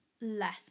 less